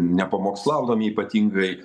nepamokslaudami ypatingai